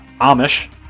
Amish